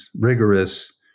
rigorous